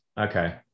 Okay